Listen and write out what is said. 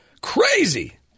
crazy